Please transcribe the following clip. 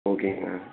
ஓகேங்க